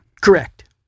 Correct